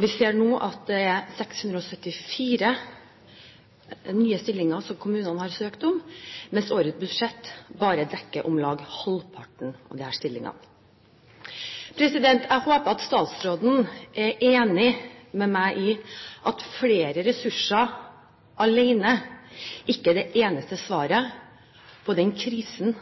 Vi ser nå at kommunene har søkt om 674 nye stillinger, mens årets budsjett bare dekker om lag halvparten av disse stillingene. Jeg håper at statsråden er enig med meg i at flere ressurser ikke er det eneste svaret på den krisen